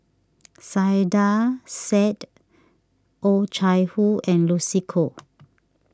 Saiedah Said Oh Chai Hoo and Lucy Koh